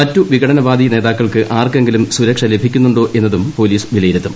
മറ്റ് വിഘടനവാദി നേതാക്കൾക്ക് ആർക്കെങ്കിലും സുരക്ഷ ലഭിക്കു ന്നുണ്ടോ എന്നതും പോലീസ് വിലയിരുത്തും